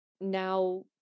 now